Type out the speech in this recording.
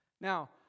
Now